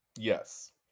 Yes